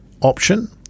option